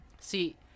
See